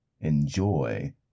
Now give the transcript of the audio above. enjoy